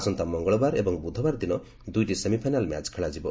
ଆସନ୍ତା ମଙ୍ଗଳବାର ଏବଂ ବୁଧବାର ଦିନ ଦୁଇଟି ସେମିଫାଇନାଲ୍ ମ୍ୟାଚ୍ ଖେଳାଯିବ